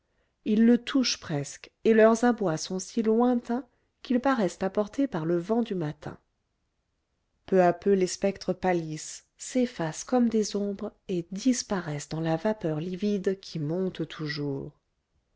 ils le touchent presque et leurs abois sont si lointains qu'ils paraissent apportés par le vent du matin peu à peu les spectres pâlissent s'effacent comme des ombres et disparaissent dans la vapeur livide qui monte toujours